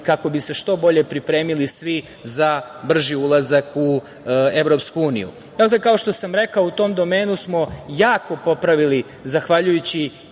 kako bi se što bolje pripremili svi za brži ulazak u EU.Kao što sam rekao, u tom domenu smo jako popravili, zahvaljujući